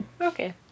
Okay